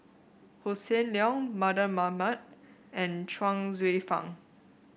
Hossan Leong Mardan Mamat and Chuang Hsueh Fang